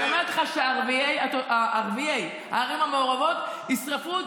אני אומרת לך שערביי הערים המעורבות ישרפו את